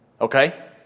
Okay